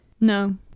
No